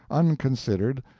unconsidered,